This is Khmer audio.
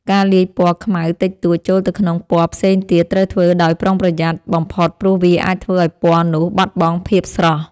ការលាយពណ៌ខ្មៅតិចតួចចូលទៅក្នុងពណ៌ផ្សេងទៀតត្រូវធ្វើដោយប្រុងប្រយ័ត្នបំផុតព្រោះវាអាចធ្វើឱ្យពណ៌នោះបាត់បង់ភាពស្រស់។